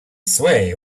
sway